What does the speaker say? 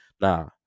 nah